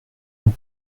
nous